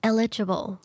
Eligible